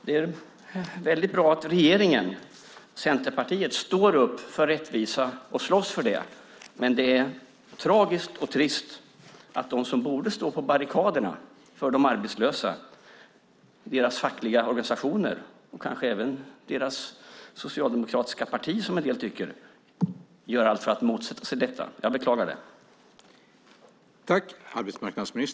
Det är väldigt bra att regeringen och Centerpartiet står upp för rättvisa och slåss för det, men det är tragiskt och trist att de som borde stå på barrikaderna för de arbetslösa, det vill säga deras fackliga organisationer och kanske även, som en del tycker, deras socialdemokratiska parti, gör allt för att motsätta sig detta. Jag beklagar det.